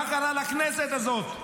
מה קרה לכנסת הזאת,